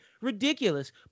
Ridiculous